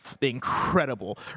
incredible